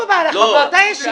תגידו, אנחנו באותה ישיבה?